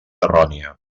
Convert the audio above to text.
errònia